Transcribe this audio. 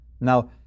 Now